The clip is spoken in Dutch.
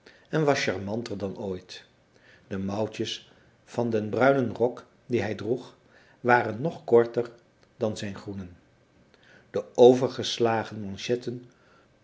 en was charmanter dan ooit de mouwtjes van den bruinen rok dien hij droeg waren nog korter dan van zijn groenen de overgeslagen